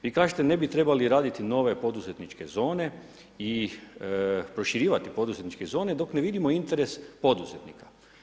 Vi kažete ne bi trebali raditi nove poduzetničke zone i proširivati poduzetničke zone dok ne vidimo interes poduzetnika.